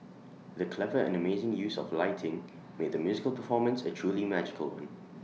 the clever and amazing use of lighting made the musical performance A truly magical one